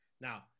Now